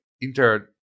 Inter